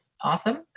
awesome